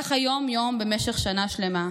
ככה יום-יום במשך שנה שלמה.